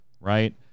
right